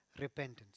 repentance